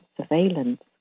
surveillance